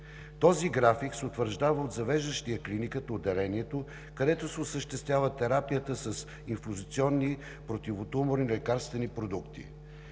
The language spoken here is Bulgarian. Този график се утвърждава от завеждащия клиниката/отделението, където се осъществява терапията с инфузиционни противотуморни лекарствени продукти.